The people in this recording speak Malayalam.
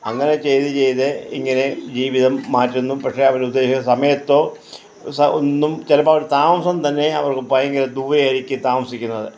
അങ്ങനെ ചെയ്ത് ചെയ്ത് ഇങ്ങനെ ജീവിതം മാറ്റുന്നു പക്ഷേ അവരുദ്ദേശിക്കുന്ന സമയത്തോ ഒന്നും ചിലപ്പോൾ അവിടെ താമസം തന്നെ അവർക്ക് ഭയങ്കര ദൂരെയായിരിക്കും താമസിക്കുന്നത്